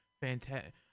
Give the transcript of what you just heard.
fantastic